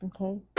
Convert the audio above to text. Okay